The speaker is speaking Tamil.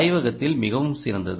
ஆய்வகத்தில் மிகவும் சிறந்தது